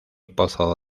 pozo